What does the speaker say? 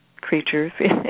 creatures